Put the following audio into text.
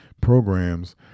programs